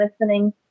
listening